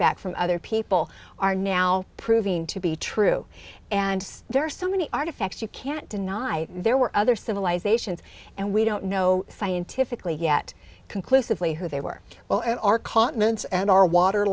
back from other people are now proving to be true and there are so many artifacts you can't deny there were other civilizations and we don't know scientifically yet conclusively who they were well and are continents and our water